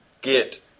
get